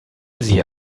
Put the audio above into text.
sie